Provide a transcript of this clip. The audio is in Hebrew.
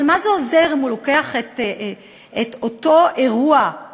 אבל מה זה עוזר אם הוא לוקח את אותו אירוע נורא,